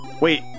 Wait